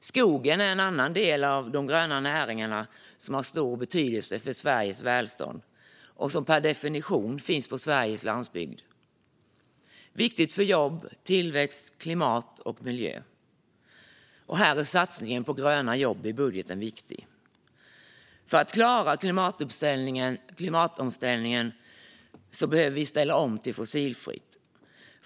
Skogen är en annan del av de gröna näringarna som har stor betydelse för Sveriges välstånd, och skogen finns per definition på Sveriges landsbygd. Den är viktig för jobb, tillväxt, klimat och miljö. Satsningen på gröna jobb i budgeten är viktig. För att klara klimatomställningen behöver vi ställa om till fossilfritt.